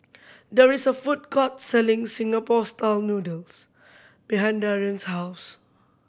there is a food court selling Singapore Style Noodles behind Darion's house